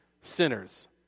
sinners